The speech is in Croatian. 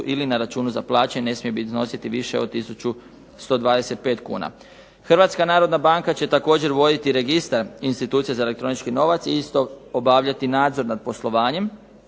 ili na računu za plaću ne smije iznositi više od 1125 kuna. Hrvatska narodna banka će isto tako voditi registar institucije za elektronički novac i isto obavljati nadzor nad poslovanjem